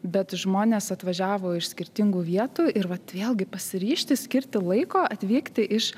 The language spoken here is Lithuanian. bet žmonės atvažiavo iš skirtingų vietų ir vat vėlgi pasiryžti skirti laiko atvykti iš